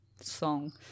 song